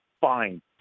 fine